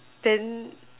then